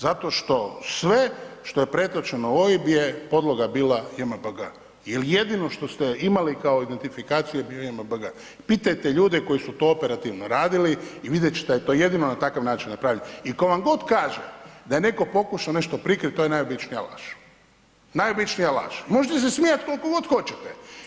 Zato što sve što je pretočeno u OIB je podloga bila JMBG, jel jedino što ste imali kao identifikaciju je bio JMBG, pitajte ljude koji su to operativno radili i vidjet ćete da je to jedino na takav način napravljeno i tko god vam kaže da je netko pokušao nešto prikrit, to je najobičnija laž, najobičnija laž, možete se smijat koliko god hoćete.